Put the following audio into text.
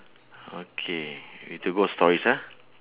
okay we to go stories ah